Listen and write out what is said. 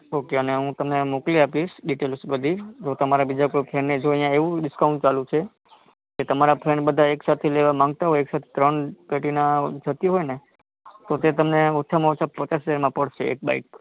okay અને હું તમને મોકલી આપીશ ડિટેલ્સ બધી જો તમારા બીજા કોઈ ફ્રેન્ડને જો અહીંયા એવું ડિસ્કાઉન્ટ ચાલું છે કે તમારા ફ્રેન્ડ બધા એક સાથે લેવા માગતા હોય એક સાથે ત્રણ પ્લેટિના થતી હોય ને તો તે તમને ઓછામાં ઓછા પચાસ હજારમાં પડશે એક બાઈક